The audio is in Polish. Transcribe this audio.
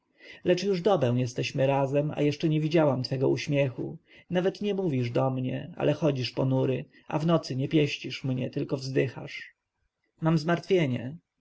lecz już dobę jesteśmy razem a jeszcze nie widziałam twego uśmiechu nawet nie mówisz do mnie ale chodzisz ponury a w nocy nie pieścisz mnie tylko wzdychasz mam zmartwienie